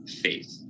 faith